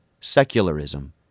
Secularism